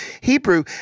Hebrew